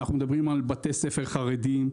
אנחנו מדברים על בתי ספר חרדיים,